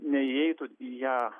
neįeitų į ją